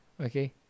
okay